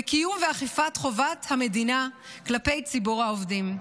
בקיום ואכיפת חובת המדינה כלפי ציבור העובדים.